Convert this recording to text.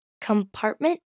Compartment